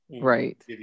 Right